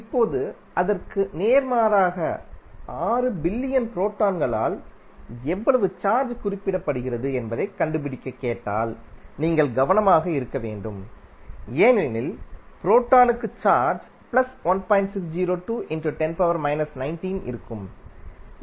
இப்போது அதற்கு நேர்மாறாக 6 மில்லியன் புரோட்டான்களால் எவ்வளவு சார்ஜ் குறிப்பிடப்படுகிறது என்பதைக் கண்டுபிடிக்க கேட்டால் நீங்கள் கவனமாக இருக்க வேண்டும் ஏனெனில் புரோட்டானுக்கு சார்ஜ் இருக்கும்